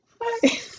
Hi